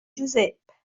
giusep